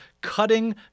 cutting